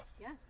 Yes